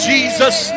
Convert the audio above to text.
Jesus